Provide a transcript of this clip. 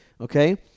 Okay